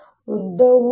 ಒಟ್ಟು ಉದ್ದವು L